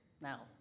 Now